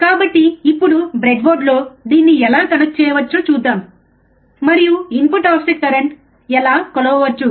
కాబట్టి ఇప్పుడు బ్రెడ్బోర్డులో దీన్ని ఎలా కనెక్ట్ చేయవచ్చో చూద్దాం మరియు ఇన్పుట్ ఆఫ్సెట్ కరెంట్ ఎలా కొలవవచ్చు